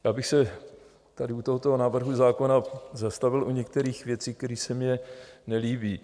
Já bych se tady u tohoto návrhu zákona zastavil u některých věcí, které se mně nelíbí.